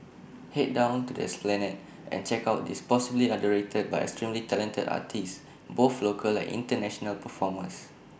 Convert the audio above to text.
Head down to the esplanade and check out these possibly underrated but extremely talented artists both local and International performers